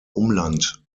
umland